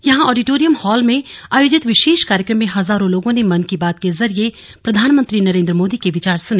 यहां auditorium hall में आयोजित विशेष कार्यक्रम में हजारों लोगों ने मन की बात के जरिए प्रधानमंत्री नरेंद्र मोदी के विचार सुने